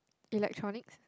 electronics